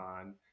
on